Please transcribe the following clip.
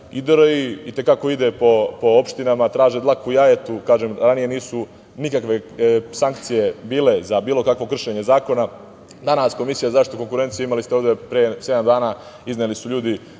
i DRI i te kako ide po opštinama, traži dlaku u jajetu, kažem, ranije nisu nikakve sankcije bile za bilo kakvo kršenje zakona. Danas Komisija za zaštitu konkurencije, imali ste ovde pre sedam dana, izneli su ljudi,